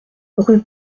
rue